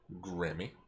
Grammy